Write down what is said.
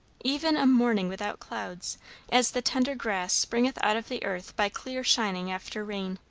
even a morning without clouds as the tender grass springeth out of the earth by clear shining after rain